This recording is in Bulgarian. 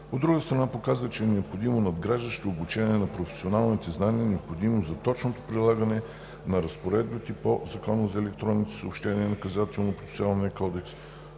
От друга страна, показва, че е необходимо надграждащо обучение на професионалните знания, необходими за точното прилагане на разпоредбите по Закона